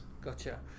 Gotcha